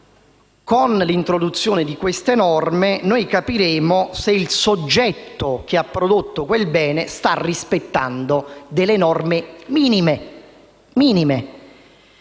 con l'introduzione di queste norme capiremo se il soggetto che ha prodotto quel bene sta rispettando delle norme minime. Questo